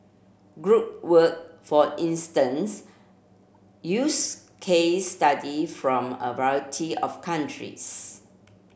group work for instance use case study from a variety of countries